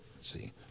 See